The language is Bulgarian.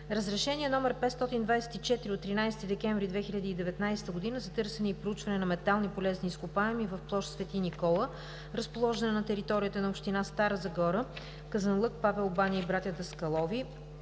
Разрешение № 524 от 13 декември 2019 г. за търсене и проучване на метални полезни изкопаеми в площ „Свети Никола“, разположена на територията на общини Стара Загора, Казанлък, Павел баня, Братя Даскалови